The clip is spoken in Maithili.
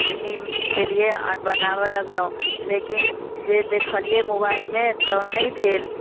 चीनी देलियै आओर बनाबय लगलहुँ लेकिन जे देखलियै मोबाइलमे तऽ नहि भेल